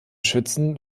schützen